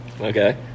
Okay